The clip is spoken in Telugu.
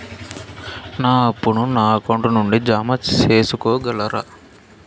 నా అప్పును నా అకౌంట్ నుండి జామ సేసుకోగలరా?